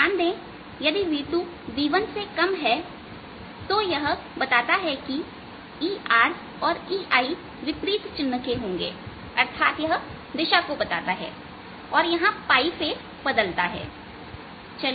ध्यान दें कि यदि v2v1से कम है तो यह बताता है कि ERऔरEIविपरीत चिन्ह के होंगे अर्थात यह दिशा को बताता है या यहां फेस बदलता है